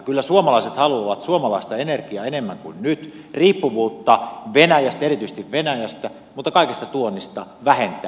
kyllä suomalaiset haluavat suomalaista energiaa enemmän kuin nyt riippuvuutta venäjästä erityisesti venäjästä mutta kaikesta tuonnista vähentää